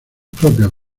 propias